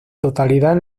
totalidad